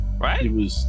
Right